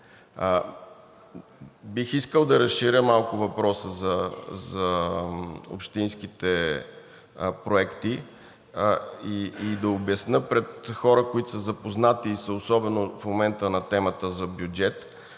Бих искал да разширя малко въпроса за общинските проекти и да обясня пред хората, които са запознати и са – особено в момента, на темата за бюджет,